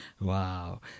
wow